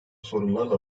sorunlarla